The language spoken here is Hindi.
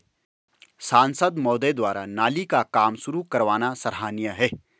सांसद महोदय द्वारा नाली का काम शुरू करवाना सराहनीय है